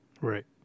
Right